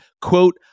quote